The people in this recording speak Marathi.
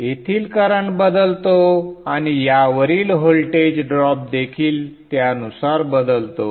येथील करंट बदलतो आणि यावरील व्होल्टेज ड्रॉप देखील त्यानुसार बदलतो